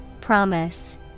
Promise